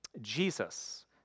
Jesus